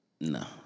No